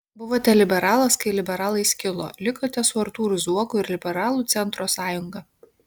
buvote liberalas kai liberalai skilo likote su artūru zuoku ir liberalų centro sąjunga